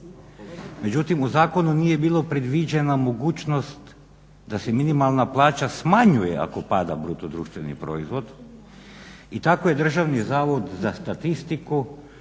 Međutim, u zakonu nije bilo predviđena mogućnost da se minimalna plaća smanjuje ako pada bruto društveni proizvod i tako je Državni zavod za statistiku